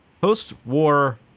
post-war